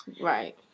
Right